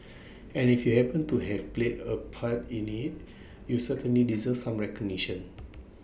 and if you happened to have played A part in IT you certainly deserve some recognition